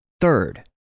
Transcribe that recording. Third